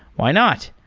why not?